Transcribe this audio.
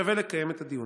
שווה לקיים את הדיון.